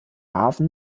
hafen